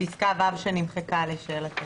בפסקה (ו) שנמחקה, לשאלתך.